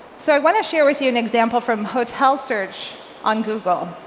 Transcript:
so i want to share with you an example from hotel search on google.